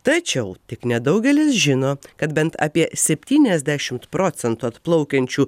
tačiau tik nedaugelis žino kad bent apie septyniasdešimt procentų atplaukiančių